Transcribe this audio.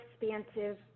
expansive